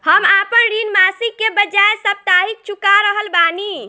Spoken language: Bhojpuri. हम आपन ऋण मासिक के बजाय साप्ताहिक चुका रहल बानी